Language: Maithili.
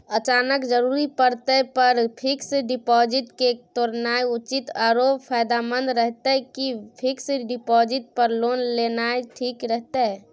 अचानक जरूरत परै पर फीक्स डिपॉजिट के तोरनाय उचित आरो फायदामंद रहतै कि फिक्स डिपॉजिट पर लोन लेनाय ठीक रहतै?